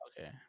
Okay